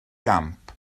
gamp